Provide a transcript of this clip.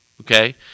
Okay